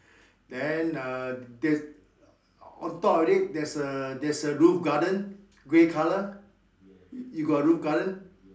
then uh the on top of it there's a there's a roof garden grey colour you got roof garden